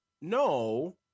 no